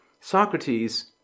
Socrates